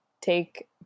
take